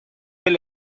del